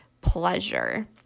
pleasure